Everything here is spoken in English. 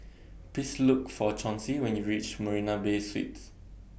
Please Look For Chauncey when YOU REACH Marina Bay Suites